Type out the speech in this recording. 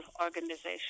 organization